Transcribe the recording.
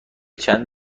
چند